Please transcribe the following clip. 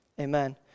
amen